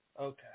Okay